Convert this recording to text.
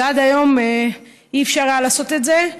עד היום לא היה אפשר לעשות את זה,